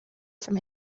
from